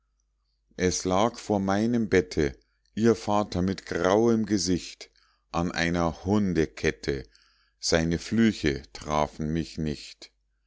es lag vor meinem bette ihr vater mit grauem gesicht an einer hundekette seine flüche trafen mich nicht